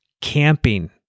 camping